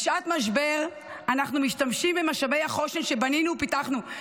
--- בשעת משבר אנחנו משתמשים במשאבי החוסן שבנינו ופיתחנו.